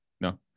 no